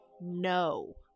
no